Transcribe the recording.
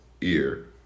ear